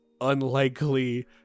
unlikely